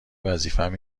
وظیفم